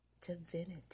divinity